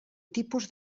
tipus